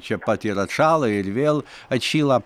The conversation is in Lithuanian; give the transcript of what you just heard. čia pat ir atšąla ir vėl atšyla